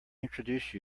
introduce